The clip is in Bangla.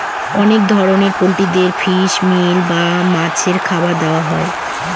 অনেক ধরনের পোল্ট্রিদের ফিশ মিল বা মাছের খাবার দেওয়া হয়